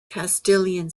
castilian